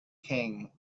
king